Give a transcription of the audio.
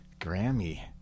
Grammy